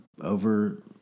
over